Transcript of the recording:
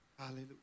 Hallelujah